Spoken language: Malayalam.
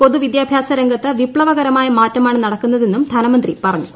പൊതു വിദ്യാഭ്യാസ രംഗത്ത് വിപ്തവകരമായ മാറ്റമാണ് നടക്കുന്നതെന്നും ധനമന്ത്രി പറഞ്ഞു